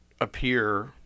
appear